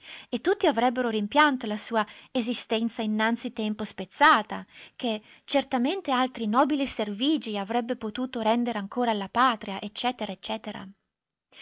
e tutti avrebbero rimpianto la sua esistenza innanzi tempo spezzata che certamente altri nobili servigi avrebbe potuto rendere ancora alla patria